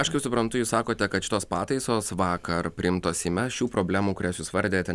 aš jus suprantu jūs sakote kad šitos pataisos vakar priimtos seime šių problemų kurias jūs vardijate